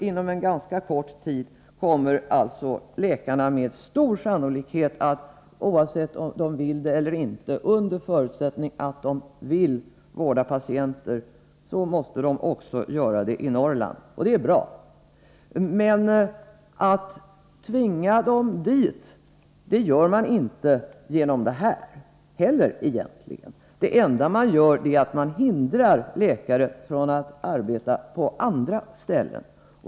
Inom en ganska kort tid måste alltså läkarna med stor sannolikhet, oavsett om de vill det eller inte — under förutsättning att de vill vårda patienter — också arbeta i Norrland, och det är bra. Men tvingar dem dit gör man egentligen inte heller på det här sättet. Det enda man gör är att hindra läkare från att arbeta på andra ställen.